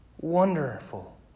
wonderful